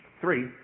three